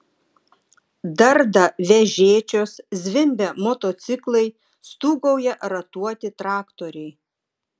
darda vežėčios zvimbia motociklai stūgauja ratuoti traktoriai